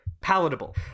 palatable